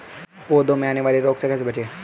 पौधों में आने वाले रोग से कैसे बचें?